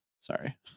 sorry